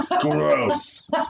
Gross